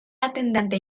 atendante